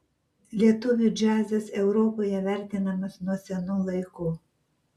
lietuvių džiazas europoje vertinamas nuo senų laikų